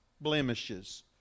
blemishes